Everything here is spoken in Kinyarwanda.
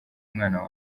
umwana